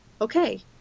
Okay